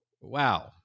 wow